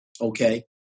okay